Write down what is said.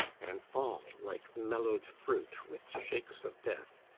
and fall, like mellow'd fruit, with shakes of death,